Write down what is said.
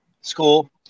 school